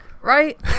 right